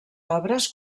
obres